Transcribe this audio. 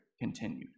continued